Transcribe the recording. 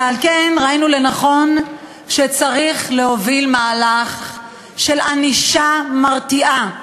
ועל כן ראינו לנכון להוביל מהלך של ענישה מרתיעה,